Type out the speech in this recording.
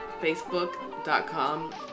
facebook.com